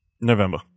November